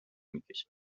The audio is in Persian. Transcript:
میکشه